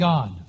God